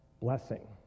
blessing